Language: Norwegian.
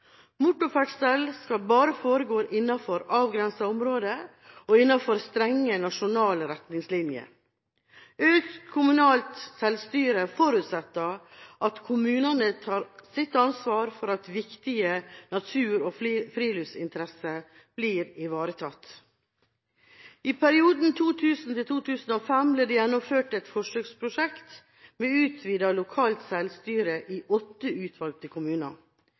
motorferdsel i utmark. Motorferdsel skal bare foregå innenfor avgrensede områder og innenfor strenge nasjonale retningslinjer. Økt kommunalt selvstyre forutsetter at kommunene tar sitt ansvar for at viktige natur- og friluftsinteresser blir ivaretatt. I perioden 2000–2005 ble det gjennomført et forsøksprosjekt med utvidet lokalt selvstyre i åtte utvalgte kommuner.